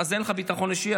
אז אין לך ביטחון אישי.